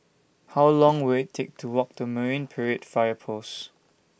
How Long Will IT Take to Walk to Marine Parade Fire Post